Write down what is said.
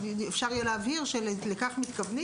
ואז אפשר יהיה להבהיר שלכך מתכוונים